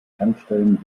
tankstellen